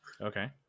Okay